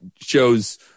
shows